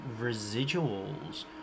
residuals